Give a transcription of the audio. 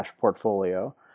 Portfolio